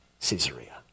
Caesarea